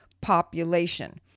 population